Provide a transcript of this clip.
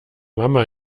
mama